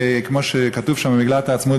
ומה שכתוב במגילת העצמאות,